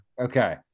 Okay